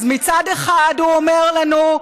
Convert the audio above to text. אז מצד אחד הוא אומר לנו: